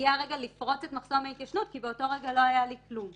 כשמגיע הרגע לפרוץ את מחסום ההתיישנות כי באותו רגע לא היה לי כלום.